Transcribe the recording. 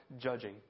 judging